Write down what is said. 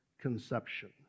conception